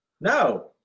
No